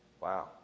Wow